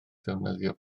ddefnyddio